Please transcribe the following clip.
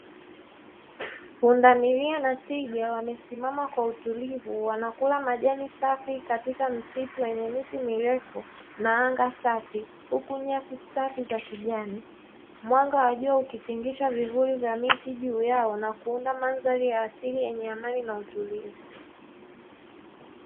Pundamilia na twiga wamesimama kwa utulivu. Wanakula majani safi katika msitu wenye miti mirefu na anga safi, huku nyasi safi za kijani. Mwanga wa jua ukitingisha vizuri vya miti juu yao na kuunda mandhari ya asili yenye amani na utulivu.